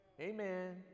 Amen